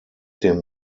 dem